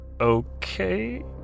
Okay